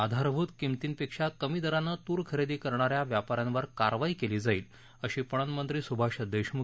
आधारभूत किंमतीपेक्षा कमी दरानं तूर खरेदी करणा या व्यापा यांवर कारवाई केली जाईल अशी पणन मंत्री सुभाष देशमुख